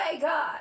God